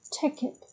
ticket